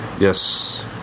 Yes